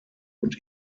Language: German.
und